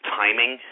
timing